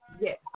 Yes